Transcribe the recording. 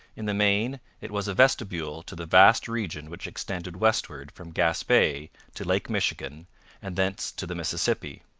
in the main it was a vestibule to the vast region which extended westward from gaspe to lake michigan and thence to the mississippi.